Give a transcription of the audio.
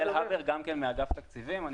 אני מאגף התקציבים.